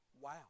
Wow